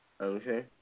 Okay